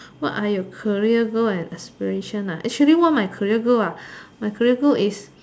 what are your career goal and aspiration ah actually what my career goal ah my career goal is